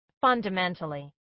Fundamentally